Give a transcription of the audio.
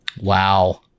Wow